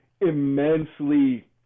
immensely